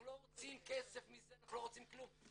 אנחנו לא רוצים כסף מזה, אנחנו לא רוצים כלום.